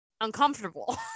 Uncomfortable